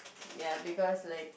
ya because like